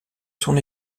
son